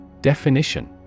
Definition